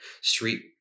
street